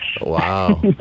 Wow